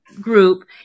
group